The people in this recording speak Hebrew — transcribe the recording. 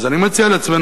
אז אני מציע לעצמנו,